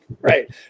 Right